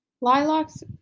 Lilacs